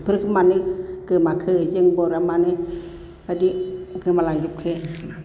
बेफोरखौ मानो गोमाखो जों बर'आ मानो बेबादि गोमा लांजोबखो